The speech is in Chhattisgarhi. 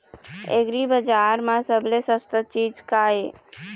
एग्रीबजार म सबले सस्ता चीज का ये?